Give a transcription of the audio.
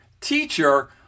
teacher